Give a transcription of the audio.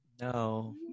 No